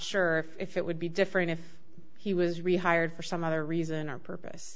sure if it would be different if he was rehired for some other reason or purpose